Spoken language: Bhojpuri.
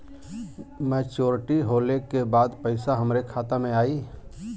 मैच्योरिटी होले के बाद पैसा हमरे खाता में आई?